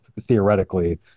theoretically